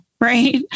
right